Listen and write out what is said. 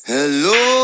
Hello